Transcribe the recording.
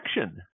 action